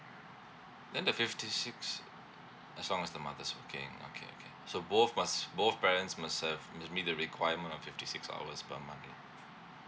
then the fifty six as long as the mother's working okay okay so both must both parents must have must meet the requirement of fifty six hours per month lah